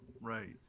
Right